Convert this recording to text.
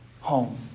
home